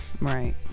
right